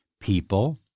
people